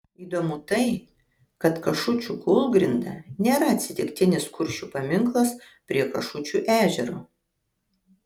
įdomu tai kad kašučių kūlgrinda nėra atsitiktinis kuršių paminklas prie kašučių ežero